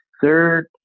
third